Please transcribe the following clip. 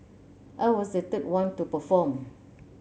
I was the third one to perform